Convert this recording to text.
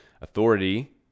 authority